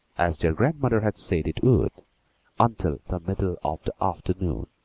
as their grandmother had said it would, until the middle of the afternoon.